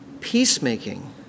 peacemaking